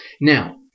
Now